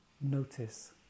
notice